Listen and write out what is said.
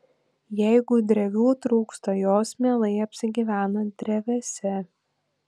jeigu drevių trūksta jos mielai apsigyvena drevėse